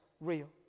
real